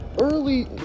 Early